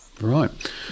Right